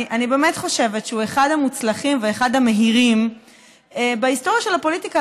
אני באמת חושבת שהוא אחד המוצלחים ואחד המהירים בהיסטוריה של הפוליטיקה,